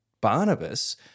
Barnabas